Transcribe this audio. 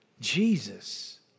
Jesus